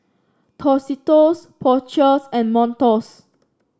Tostitos Porsches and Montos